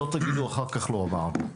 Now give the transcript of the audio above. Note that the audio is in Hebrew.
שלא תגידו אחר כך לא עבר.